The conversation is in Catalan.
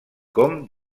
com